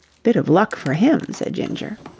bit of luck for him, said ginger.